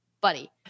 buddy